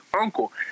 uncle